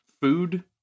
food